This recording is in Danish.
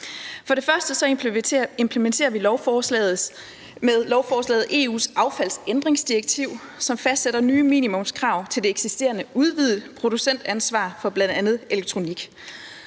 For det første implementerer vi med lovforslaget EU's affaldsændringsdirektiv, som fastsætter nye minimumskrav til det eksisterende udvidede producentansvar for bl.a. elektronik.